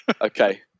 okay